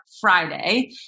Friday